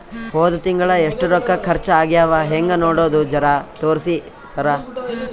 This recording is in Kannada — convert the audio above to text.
ಹೊದ ತಿಂಗಳ ಎಷ್ಟ ರೊಕ್ಕ ಖರ್ಚಾ ಆಗ್ಯಾವ ಹೆಂಗ ನೋಡದು ಜರಾ ತೋರ್ಸಿ ಸರಾ?